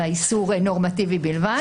אלא איסור נורמטיבי בלבד.